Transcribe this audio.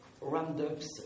roundups